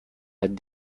had